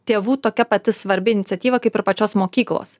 tėvų tokia pati svarbi iniciatyva kaip ir pačios mokyklos